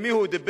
עם מי הוא דיבר?